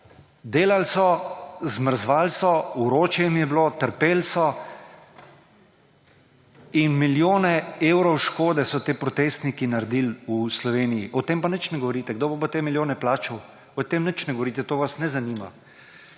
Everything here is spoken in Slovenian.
delali so, zmrzovali so, vroče jim je bilo, trpeli so in milijone evrov škode so naredil ti protestniki v Sloveniji. O tem pa nič ne govorite. Kdo bo pa te milijone plačal? O tem nič ne govorite, to vas ne zanima.